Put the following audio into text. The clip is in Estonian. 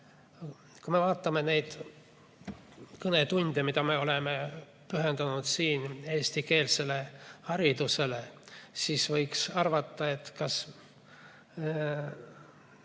Kui me vaatame neid kõnetunde, mida me oleme pühendanud siin eestikeelsele haridusele, siis võiks arvata, et kas